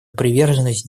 приверженность